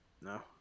No